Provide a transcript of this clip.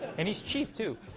and he's cheap, too.